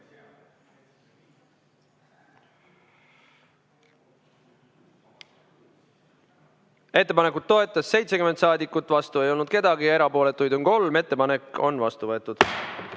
Ettepanekut toetas 70 saadikut, vastu ei olnud keegi ja erapooletuid on 3. Ettepanek on vastu võetud.